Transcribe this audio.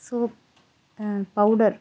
so powder